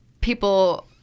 people